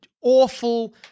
awful